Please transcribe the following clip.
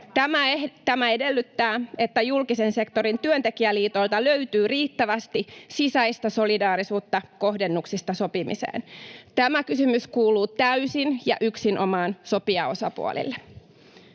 Tämä edellyttää, että julkisen sektorin työntekijäliitoilta löytyy riittävästi sisäistä solidaarisuutta kohdennuksista sopimiseen. Tämä kysymys kuuluu täysin ja yksinomaan sopijaosapuolille.